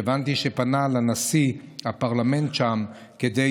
שהבנתי שפנה לנשיא הפרלמנט שם כדי